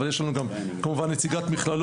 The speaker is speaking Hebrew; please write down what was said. אבל יש לנו גם נציגת מכללות.